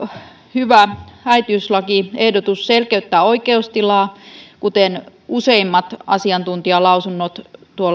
hyvä äitiyslakiehdotus selkeyttää oikeustilaa kuten useimmat asiantuntijalausunnot